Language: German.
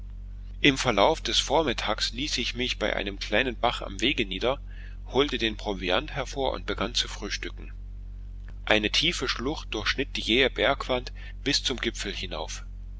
im verlauf des vormittags ließ ich mich bei einem kleinen bach am wege nieder holte den proviant hervor und begann zu frühstücken eine tiefe schlucht durchschnitt die jähe bergwand bis zum gipfel hinauf